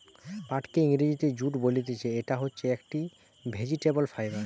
পাটকে ইংরেজিতে জুট বলতিছে, ইটা হচ্ছে একটি ভেজিটেবল ফাইবার